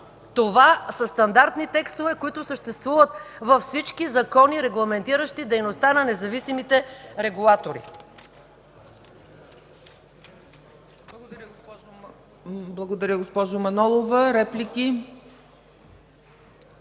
Това са стандартни текстове, които съществуват във всички закони, регламентиращи дейността на независимите регулатори.